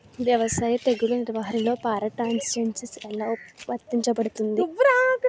వ్యవసాయ తెగుళ్ల నిర్వహణలో పారాట్రాన్స్జెనిసిస్ఎ లా వర్తించబడుతుంది?